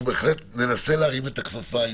אנחנו בהחלט ננסה להרים את הכפפה,